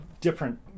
different